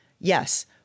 yes